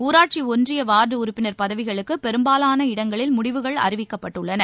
ஊராட்சி ஒன்றிய வார்டு உறுப்பினர் பதவிகளுக்கு பெரும்பாலான இடங்களில் முடிவுகள் அறிவிக்கப்பட்டுள்ளன